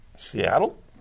Seattle